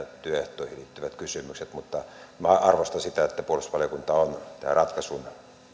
työehtoihin liittyvät kysymykset mutta minä arvostan sitä että puolustusvaliokunta on tämän ratkaisun